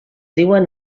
diuen